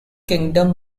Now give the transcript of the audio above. kingdom